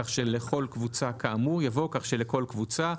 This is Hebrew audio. כך שלכל קבוצה כאמור יבוא כך שלכל קבוצה.